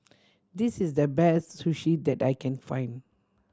this is the best Sushi that I can find